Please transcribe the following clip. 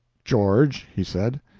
george, he said,